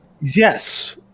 Yes